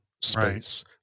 space